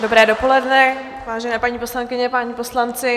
Dobré dopoledne, vážené paní poslankyně, páni poslanci.